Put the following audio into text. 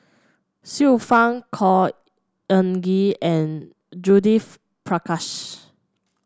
Xiu Fang Khor Ean Ghee and Judith Prakash